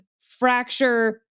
fracture